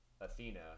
Athena